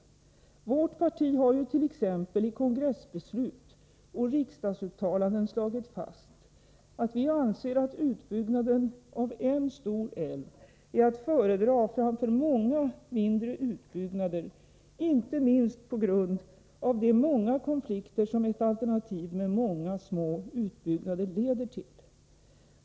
Vårt parti har ju t.ex. i kongressbeslut och riksdagsuttalanden slagit fast att vi anser att utbyggnaden av en stor älv är att föredra framför många mindre utbyggnader, inte minst på grund av de många konflikter som ett alternativ med ett stort antal små utbyggnader leder till.